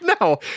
No